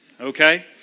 okay